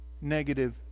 negative